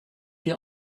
wir